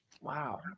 Wow